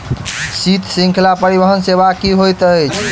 शीत श्रृंखला परिवहन सेवा की होइत अछि?